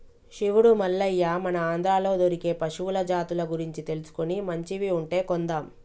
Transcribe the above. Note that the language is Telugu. శివుడు మల్లయ్య మన ఆంధ్రాలో దొరికే పశువుల జాతుల గురించి తెలుసుకొని మంచివి ఉంటే కొందాం